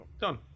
Done